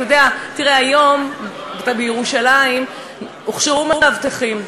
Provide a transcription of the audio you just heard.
תראה, היום בירושלים הוכשרו מאבטחים.